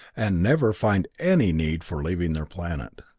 and never find any need for leaving their planet.